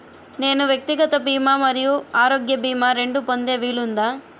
నేను వ్యక్తిగత భీమా మరియు ఆరోగ్య భీమా రెండు పొందే వీలుందా?